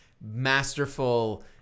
masterful